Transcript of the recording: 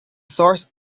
source